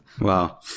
wow